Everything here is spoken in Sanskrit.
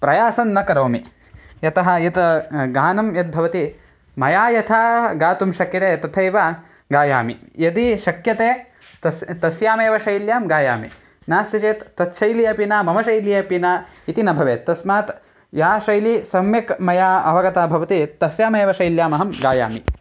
प्रयासं न करोमि यतः यत् गानं यद्भवति मया यथा गातुं शक्यते तथैव गायामि यदि शक्यते तस्यां तस्यामेव शैल्यां गायामि नास्ति चेत् तत् शैली अपि न मम शैली अपि न इति न भवेत् तस्मात् या शैली सम्यक् मया अवगता भवति तस्यामेव शैल्याम् अहं गायामि